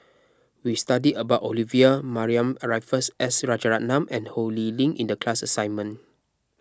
we studied about Olivia Mariamne Raffles S Rajaratnam and Ho Lee Ling in the class assignment